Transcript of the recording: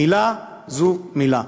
מילה זו מילה.